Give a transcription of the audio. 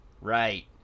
Right